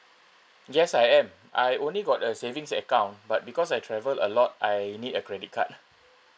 yes I am I only got a savings account but because I travel a lot I need a credit card